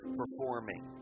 performing